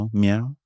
meow